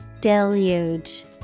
Deluge